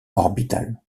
orbitales